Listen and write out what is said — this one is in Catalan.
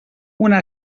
una